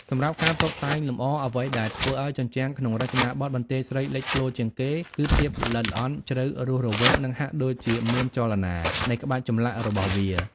សម្រាប់់ការតុបតែងលម្អ អ្វីដែលធ្វើឱ្យជញ្ជាំងក្នុងរចនាបថបន្ទាយស្រីលេចធ្លោជាងគេ គឺ ភាពល្អិតល្អន់ ជ្រៅ រស់រវើក និងហាក់ដូចជាមានចលនា នៃក្បាច់ចម្លាក់របស់វា។